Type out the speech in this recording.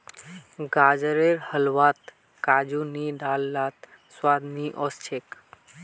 गाजरेर हलवात काजू नी डाल लात स्वाद नइ ओस छेक